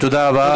תודה רבה.